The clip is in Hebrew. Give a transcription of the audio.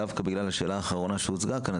דווקא בגלל השאלה האחרונה שהוצגה כאן,